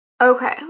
okay